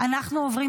אנחנו עוברים